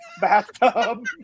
bathtub